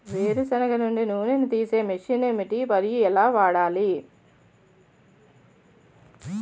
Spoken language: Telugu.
వేరు సెనగ నుండి నూనె నీ తీసే మెషిన్ ఏంటి? మరియు ఎలా వాడాలి?